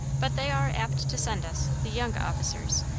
but they are apt to send us, the young officers,